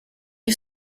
you